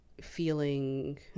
feeling